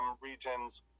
regions